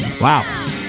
Wow